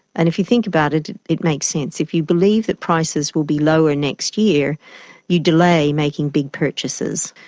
and if you think about it, it makes sense. if you believe that prices will be lower next year you delay making big purchases.